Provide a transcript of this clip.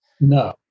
No